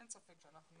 אין ספק שאנחנו